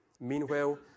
Meanwhile